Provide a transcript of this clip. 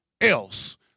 else